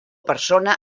persona